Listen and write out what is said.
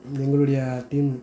இது எங்களுடைய டீமு